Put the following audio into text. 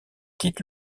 quitte